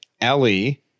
Ellie